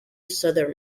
southern